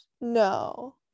no